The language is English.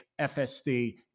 FSD